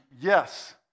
yes